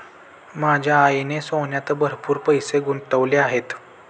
माझ्या आईने सोन्यात भरपूर पैसे गुंतवले आहेत